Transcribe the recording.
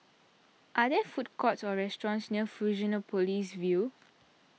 are there food courts or restaurants near Fusionopolis View